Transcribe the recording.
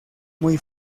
muy